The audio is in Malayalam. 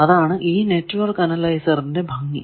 അതാണ് ഈ നെറ്റ്വർക്ക് അനലൈസറിന്റെ ഭംഗി